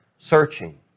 searching